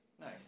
Nice